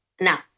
Now